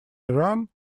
iran